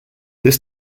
this